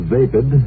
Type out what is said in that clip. Vapid